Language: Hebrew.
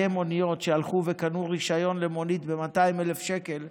מוניות שהלכו וקנו רישיון למונית ב-200,000 שקל,